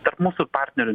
tarp mūsų partnerių